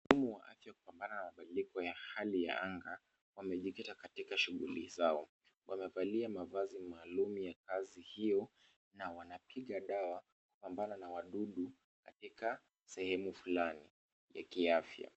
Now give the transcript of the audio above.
Mhudumu wa afya kupambana na mabadiliko ya hali ya anga, wamejikita katika shughuli zao. Wamevalia mavazi maalum ya kazi hio na wanapiga dawa kupambana na wadudu katika sehemu fulani ya kiafya.